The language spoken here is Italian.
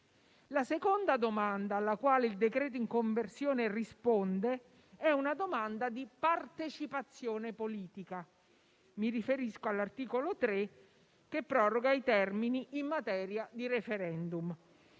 La seconda domanda alla quale il decreto in conversione risponde è una domanda di partecipazione politica. Mi riferisco all'articolo 3, che proroga i termini in materia di *referendum.*